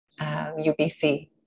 UBC